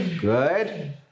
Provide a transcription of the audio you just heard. good